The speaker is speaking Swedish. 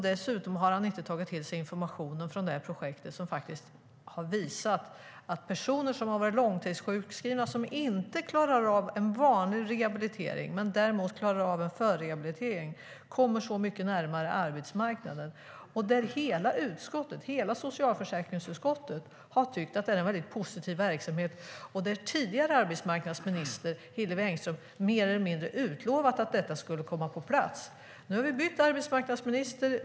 Dessutom har han inte tagit till sig informationen om detta projekt som visar att personer som har varit långtidssjukskrivna, som inte klarar av en vanlig rehabilitering men som däremot klarar av en förrehabilitering kommer så mycket närmare arbetsmarknaden. Hela socialförsäkringsutskottet har tyckt att det är en väldigt positiv verksamhet, och den tidigare arbetsmarknadsministern, Hillevi Engström, har mer eller mindre utlovat att detta skulle komma på plats. Nu har vi bytt arbetsmarknadsminister.